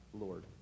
Lord